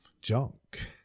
junk